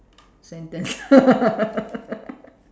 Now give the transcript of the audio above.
sentence